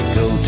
go